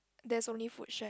there's only fruit shack